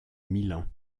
milan